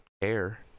care